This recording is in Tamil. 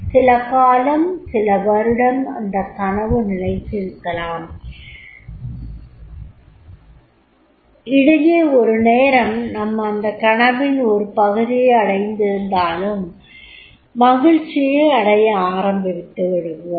சில காலம் சில வருடம் அந்தக் கனவு நிலைத்திருக்கலாம் இடையே ஒரு நேரம் நாம் அந்தக்கனவின் ஒரு பகுதியை அடைந்திருந்தாலும் மகிழ்ச்சியடைய ஆரம்பித்துவிடுவோம்